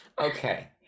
okay